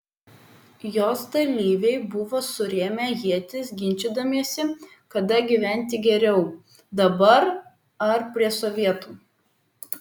jos dalyviai buvo surėmę ietis ginčydamiesi kada gyventi geriau dabar ar prie sovietų